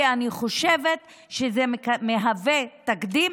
כי אני חושבת שזה מהווה תקדים.